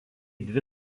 dvi